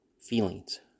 feelings